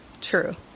true